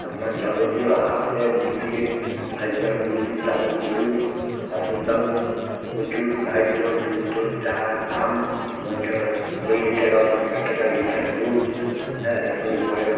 আপনার যাবতীয় হাঁসে মুরগি আজকাল মুরগির দামও প্রচুর হাঁসের দামও প্রচুর গাই তো দুধ তো যা দাম পঞ্চা চল্লিশ টাকা পঞ্চাশ টাকা লিটার দুধ হ্যাঁ হ্যাঁ এখন